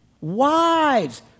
wives